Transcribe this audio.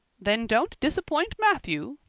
then don't disappoint matthew,